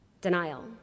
Denial